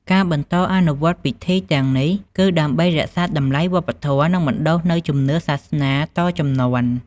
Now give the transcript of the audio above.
ការបន្តអនុវត្តន៍ពិធីទាំងនេះ គឺដើម្បីរក្សាតម្លៃវប្បធម៌ និងបណ្តុះនូវជំនឿសាសនាតជំនាន់។